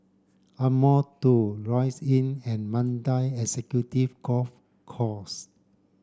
Ardmore tow Lloyds Inn and Mandai Executive Golf Course